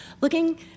looking